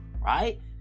right